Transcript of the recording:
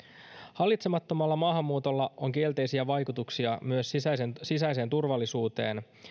hallitsemattomalla maahanmuutolla on kielteisiä vaikutuksia myös sisäiseen sisäiseen turvallisuuteen